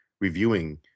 reviewing